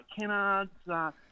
kennards